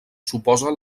suposa